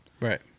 Right